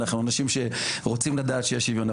אנחנו אנשים שרוצים לדעת שיש שוויון,